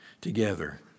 together